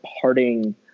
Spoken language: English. parting